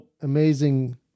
Amazing